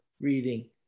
reading